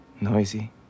Noisy